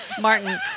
Martin